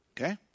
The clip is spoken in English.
okay